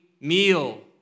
meal